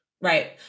Right